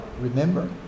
Remember